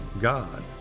God